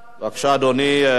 בבקשה, אדוני.